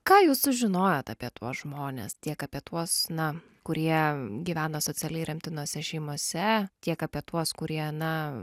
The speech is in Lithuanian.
ką jūs sužinojot apie tuos žmones tiek apie tuos na kurie gyvena socialiai remtinose šeimose tiek apie tuos kurie na